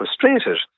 frustrated